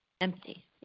Empty